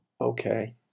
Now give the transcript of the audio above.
Okay